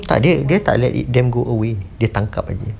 takde dia tak let it them go away dia tangkap saje